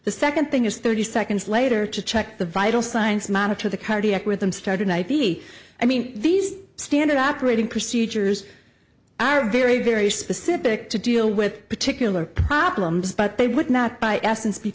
the second thing is thirty seconds later to check the vital signs monitor the cardiac rhythm started navy i mean these standard operating procedures are very very specific to deal with particular problems but they would not by essence be